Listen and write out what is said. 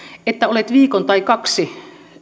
että jos olet viikon tai kaksi